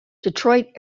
detroit